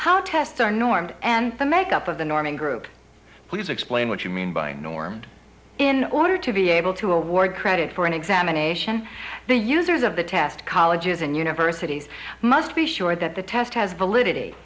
normed and the make up of the norman group please explain what you mean by norms in order to be able to award credit for an examination the users of the test colleges and universities must be sure that the test has validity